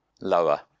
Lower